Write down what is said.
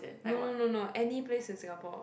no no no no any place in Singapore